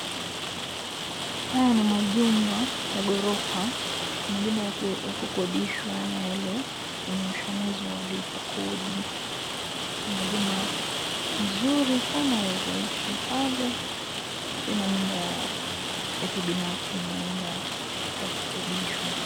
Haya ni majumba ya ghorofa , majumba ya kukodishwa ama yale yenye mwisho wa mwezi walipwa kodi. Majumba nzuri sana yaweza ishi pale, si manyumba ya kibinafsi , ni manyumba ya kukodishwa.